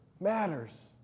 matters